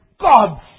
God